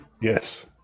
Yes